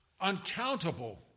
uncountable